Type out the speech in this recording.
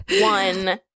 one